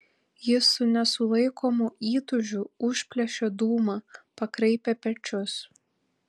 jis su nesulaikomu įtūžiu užplėšė dūmą pakraipė pečius